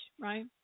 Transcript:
right